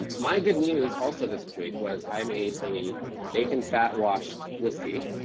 um my good news also this week was, i made a bacon-fat-washed whiskey.